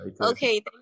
Okay